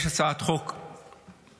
יש הצעת חוק פרטית.